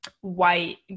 white